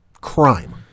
crime